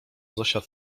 zosia